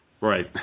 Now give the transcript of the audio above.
Right